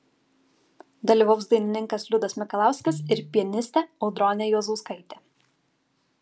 dalyvaus dainininkas liudas mikalauskas ir pianistė audronė juozauskaitė